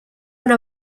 una